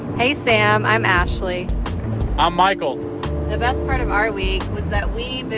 hey, sam. i'm ashley i'm michael the best part of our week was that we